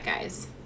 guys